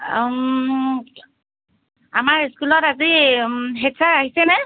আমাৰ স্কুলত আজি হেড চাৰ আহিছেনে